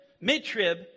mid-trib